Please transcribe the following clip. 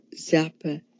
Zappa